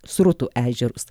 srutų ežerus